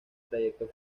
trayecto